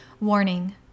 Warning